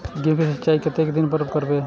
गेहूं का सीचाई कतेक दिन पर करबे?